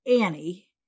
Annie